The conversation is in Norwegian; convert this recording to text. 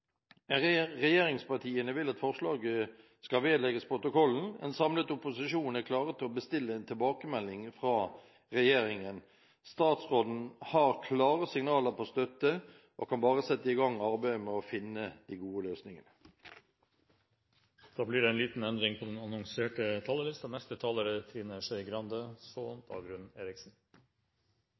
Regjeringspartiene vil at forslaget skal vedlegges protokollen. En samlet opposisjon er klare til å bestille en tilbakemelding fra regjeringen. Statsråden har klare signaler om støtte og kan bare sette i gang arbeidet med å finne de gode løsningene. Det blir en liten endring i den annonserte talerlisten. Neste taler er representanten Trine Skei Grande, så representanten Dagrun Eriksen.